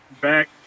Back